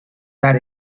that